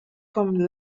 comme